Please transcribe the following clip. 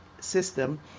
system